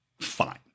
fine